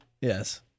Yes